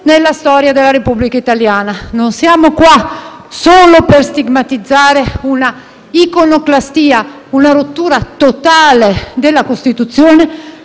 nella storia della Repubblica italiana. Non siamo qui solo per stigmatizzare una iconoclastia, una rottura totale della Costituzione,